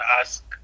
ask